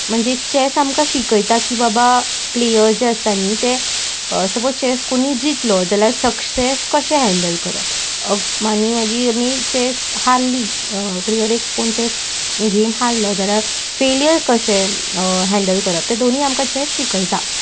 म्हणजे चॅस आमकां शिकयता की बाबा प्लेयर जे आसता न्ही ते सपोज चॅस कोणीय जिकलो जाल्यार सक्सेस कशें हँडल करप आनी मागीर आमी चॅस हारलीं प्लेयर एक कोण चॅस गेम हारलो जाल्यार फेलियर कशें हँडल करप तें दोनीय आमकां चॅस शिकयता